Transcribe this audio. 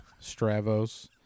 Stravos